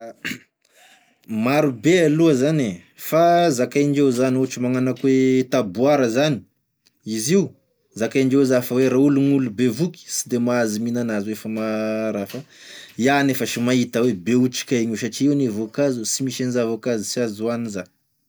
Maro be aloa zany e, fa zakaindreo zany ohatry magnano akô e taboara zany, izio zakaindreo za fa raha olo gn'olo bevoky sy de mahazo mihina an'azy oe fa maha-raha fa iao nefa sa mahita oe be otrikaigny io satria io anie vôkazo e, sy misy an'zà vôkazo sy azo hany zà.